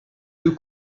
deux